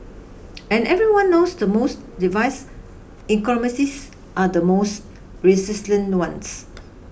and everyone knows the most device ecosystems are the most resilient ones